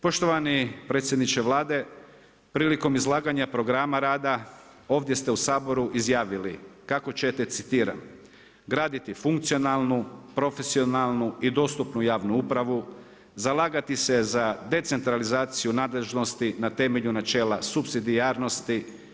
Poštovani predsjedniče Vlade, prilikom izlaganja programa rada ovdje ste u Saboru izjavili kako ćete, citiram: „graditi funkcionalnu, profesionalnu i dostupnu javnu upravu, zalagati se za decentralizaciju nadležnosti na temelju načela supsidijarnosti.